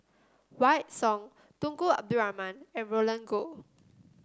Wykidd Song Tunku Abdul Rahman and Roland Goh